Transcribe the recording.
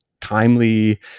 timely